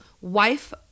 wife